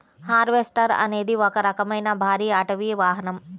harvester అనేది ఒక రకమైన భారీ అటవీ వాహనం